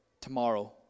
tomorrow